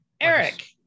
Eric